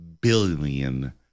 billion